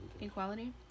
Equality